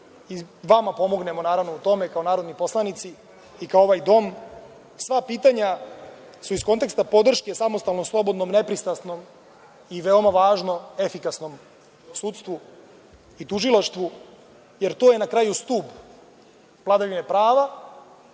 da vama pomognemo u tome kao narodni poslanici, kao ovaj dom, sva pitanja su iz konteksta podrške samostalnom, slobodnom, nepristrasnom i veoma važno, efikasnom sudstvu i tužilaštvu, jer to je na kraju stub vladavine prava.